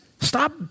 Stop